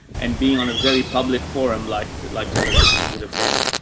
and being on a very public forum like, like television would have been,